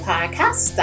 Podcast